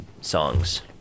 songs